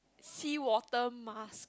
seawater mask